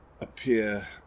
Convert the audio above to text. appear